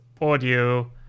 audio